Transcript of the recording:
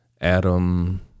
Adam